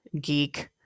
geek